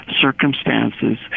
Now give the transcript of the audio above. circumstances